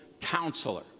counselor